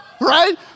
right